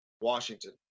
Washington